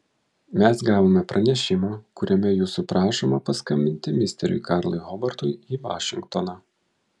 mes gavome pranešimą kuriame jūsų prašoma paskambinti misteriui karlui hobartui į vašingtoną